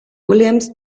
williams